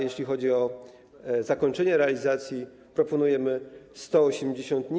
Jeśli chodzi o zakończenie realizacji, proponujemy 180 dni.